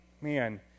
man